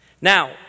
Now